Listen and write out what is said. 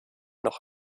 noch